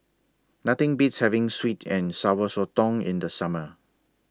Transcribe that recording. Nothing Beats having Sweet and Sour Sotong in The Summer